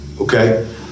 okay